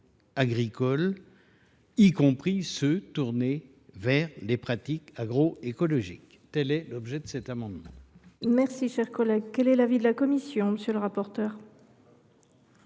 agricoles, y compris ceux qui sont tournés vers les pratiques agroécologiques. Tel est l’objet de cet amendement.